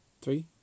three